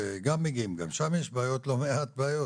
שגם מגיעים, גם שם יש לא מעט בעיות.